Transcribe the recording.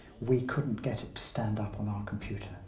we couldn't get it to stand up on our computer.